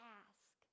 ask